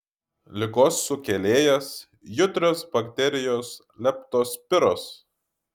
ligos sukėlėjas judrios bakterijos leptospiros